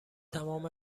تمام